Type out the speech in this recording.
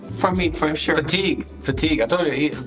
from me for um sure. fatigue! fatigue.